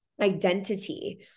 identity